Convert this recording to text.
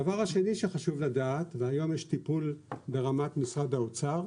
הדבר השני שחשוב לדעת והיום יש טיפול ברמת משרד האוצר,